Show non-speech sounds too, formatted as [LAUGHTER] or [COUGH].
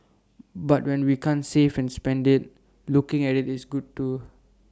[NOISE] but when we can't save and spend IT looking at IT is good too